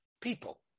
people